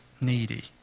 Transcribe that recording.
needy